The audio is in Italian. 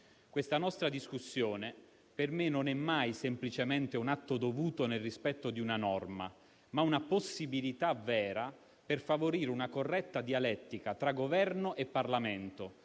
Questa nostra discussione per me non è mai semplicemente un atto dovuto nel rispetto di una norma, ma è una possibilità vera per favorire una corretta dialettica tra Governo e Parlamento,